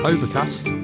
Overcast